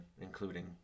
including